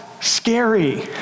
scary